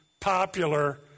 popular